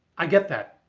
i get that.